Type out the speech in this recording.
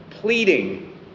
Pleading